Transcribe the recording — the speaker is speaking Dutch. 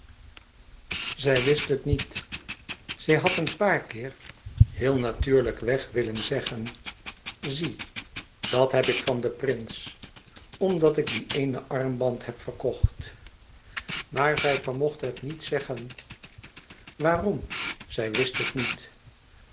zij wist het niet zij had een paar keer heel natuurlijk weg willen zeggen zie dat heb ik van den prins omdat ik dien eenen armband heb verkocht maar zij vermocht het niet te zeggen waarom zij wist het niet